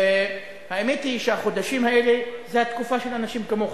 והאמת היא שהחודשים האלה זה התקופה של אנשים כמוך,